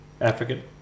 African